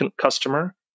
customer